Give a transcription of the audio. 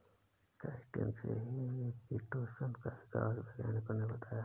chitin से ही chitosan का विकास वैज्ञानिकों ने बताया है